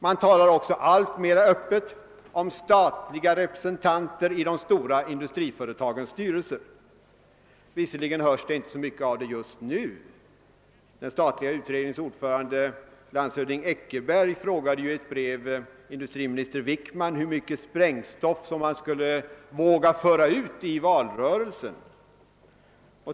Man talar också alltmer öppet om statliga representanter i de stora industriföretagens styrelser. Vi hör förstås inte så mycket om detta just nu. Den statliga utredningens ordförande landshövding Eckerberg frågade ju i ett brev industriminister Wickman hur mycket sprängstoff han skulle våga föra ut i valrörelsen.